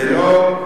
זה לא,